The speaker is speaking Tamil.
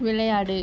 விளையாடு